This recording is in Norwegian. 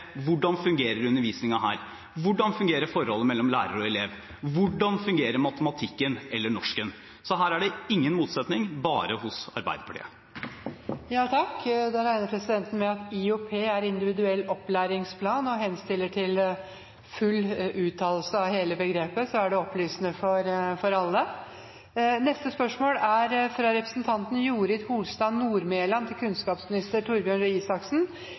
hvordan undervisningen fungerer der, hvordan forholdet mellom lærer og elev fungerer, hvordan matematikken eller norsken fungerer. Her er det ingen motsetning, bare hos Arbeiderpartiet. Da regner presidenten med at IOP er «individuell opplæringsplan», og henstiller til full uttalelse av hele begrepet, så det er opplysende for alle. Spørsmål 10 er allerede besvart. Dette spørsmålet, fra representanten Jorid Holstad Nordmelan til